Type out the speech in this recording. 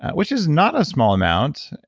which is not a small amount.